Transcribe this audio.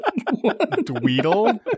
Dweedle